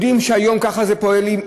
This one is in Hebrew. יודעים שהיום ככה פועלים,